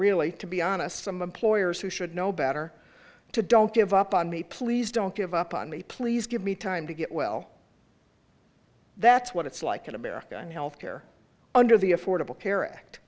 really to be honest some employers who should know better to don't give up on me please don't give up on me please give me time to get well that's what it's like in america in health care under the affordable care act